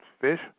fish